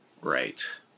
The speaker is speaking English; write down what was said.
Right